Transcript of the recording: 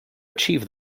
achieve